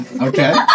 Okay